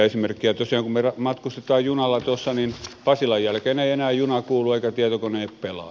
tosiaan kun me matkustamme junalla tuossa niin pasilan jälkeen ei enää junaan kuulu eikä tietokoneet pelaa